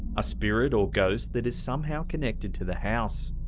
a spirit or ghost that is somehow connected to the house?